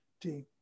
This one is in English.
team